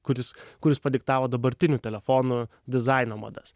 kuris kuris padiktavo dabartinių telefonų dizaino madas